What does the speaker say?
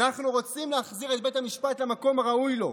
אנחנו רוצים להחזיר את בית המשפט למקום הראוי לו.